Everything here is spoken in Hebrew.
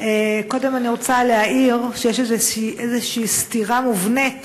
קודם כול אני רוצה להעיר שיש איזושהי סתירה מובנית